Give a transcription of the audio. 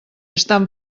estan